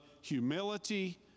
humility